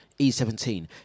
E17